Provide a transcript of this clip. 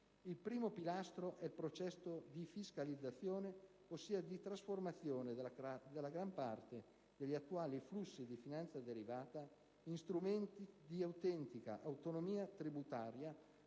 Il primo è il processo di fiscalizzazione, ossia di trasformazione della gran parte degli attuali flussi di finanza derivata in strumenti di autentica autonomia tributaria